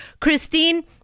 christine